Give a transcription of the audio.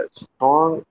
strong